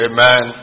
Amen